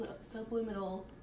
subliminal